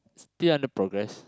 still under progress